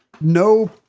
no